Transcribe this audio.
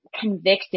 convicted